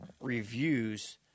reviews